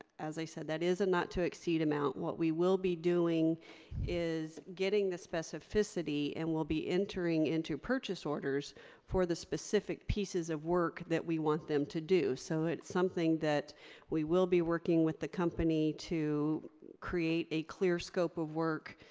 as i said, that is a not to exceed amount. what we will be doing is getting the specificity and we'll be entering into purchase orders for the specific pieces of work that we want them to do. so it's something that we will be working with the company to create a clear scope of work,